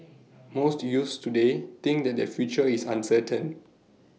most youths today think that their future is uncertain